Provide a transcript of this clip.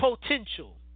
potential